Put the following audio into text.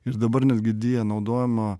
ir dabar netgi dija naudojama